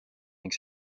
ning